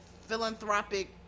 philanthropic